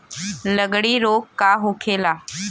लगड़ी रोग का होखेला?